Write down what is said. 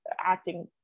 acting